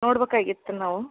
ನೋಡ್ಬಕಾಗಿತ್ತು ನಾವು